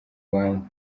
rwanda